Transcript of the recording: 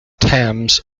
thames